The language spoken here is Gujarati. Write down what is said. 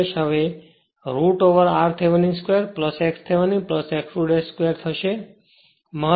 r2 હવે root over r Thevenin 2 x Thevenin x 2 2 થશે